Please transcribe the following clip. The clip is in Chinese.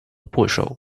部首